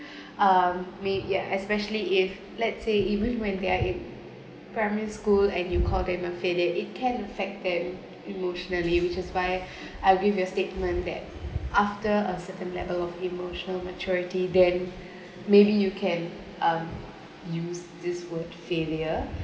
um may ya especially if let's say even when they're in primary school and you call them a failure it can affect them emotionally which is why I read a statement that after a certain level of emotional maturity then maybe you can um use this word failure